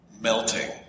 melting